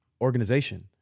organization